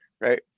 Right